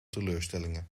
teleurstellingen